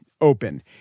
open